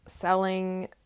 selling